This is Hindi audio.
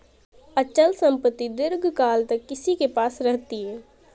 अचल संपत्ति दीर्घकाल तक किसी के पास रहती है